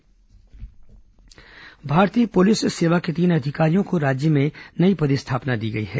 प्रशासनिक तबादला भारतीय पुलिस सेवा के तीन अधिकारियों को राज्य में नई पदस्थापना दी गई है